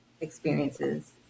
experiences